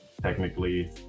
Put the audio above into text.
Technically